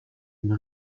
une